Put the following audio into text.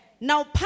Now